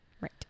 right